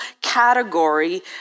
category